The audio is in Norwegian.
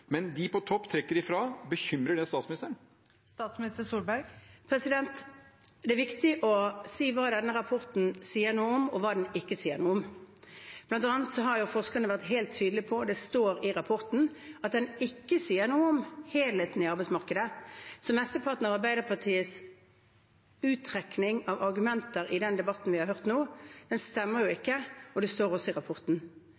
Men de på topp trekker ifra. Bekymrer det statsministeren? Det er viktig å si hva denne rapporten sier noe om, og hva den ikke sier noe om. Blant annet har forskerne vært helt tydelige på, og det står i rapporten, at den ikke sier noe om helheten i arbeidsmarkedet, så mesteparten av Arbeiderpartiets uttrekning av argumenter i den debatten vi har hørt nå, stemmer jo